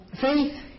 Faith